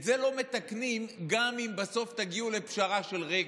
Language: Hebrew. את זה לא מתקנים, גם אם בסוף תגיעו לפשרה של רגע.